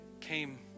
came